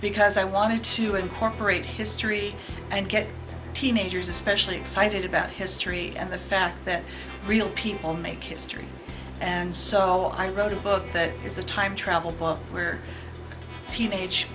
because i wanted to incorporate history and get teenagers especially excited about history and the fact that real people make history and so i wrote a book that is a time travel book where teenage